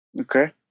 Okay